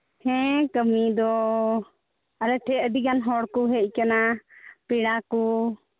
ᱦᱮᱸ ᱠᱟᱹᱢᱤ ᱫᱚ ᱟᱞᱮ ᱴᱷᱮᱱ ᱟᱹᱰᱤᱜᱟᱱ ᱦᱚᱲᱠᱚ ᱦᱮᱡ ᱠᱟᱱᱟ ᱯᱮᱲᱟ ᱠᱚ